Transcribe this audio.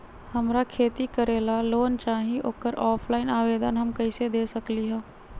हमरा खेती करेला लोन चाहि ओकर ऑफलाइन आवेदन हम कईसे दे सकलि ह?